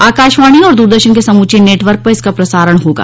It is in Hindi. आकाशवाणी और दूरदर्शन के समूचे नेटवर्क पर इसका प्रसारण होगा